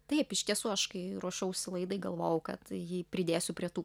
taip iš tiesų aš kai ruošiausi laidai galvojau kad jį pridėsiu prie tų